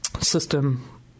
system